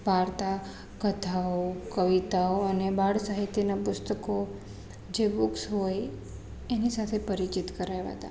વાર્તા કથાઓ કવિતાઓ અને બાળ સાહિત્યના પુસ્તકો જે બુક્સ હોય એની સાથે પરિચિત કરાવ્યાં હતાં